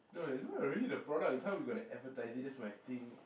no it's not really the product it's how we gonna advertise it that's my thing